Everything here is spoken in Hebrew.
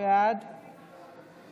בעד